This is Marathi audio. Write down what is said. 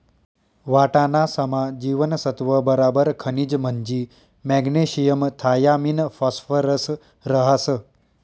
वाटाणासमा जीवनसत्त्व बराबर खनिज म्हंजी मॅग्नेशियम थायामिन फॉस्फरस रहास